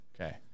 okay